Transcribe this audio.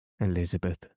Elizabeth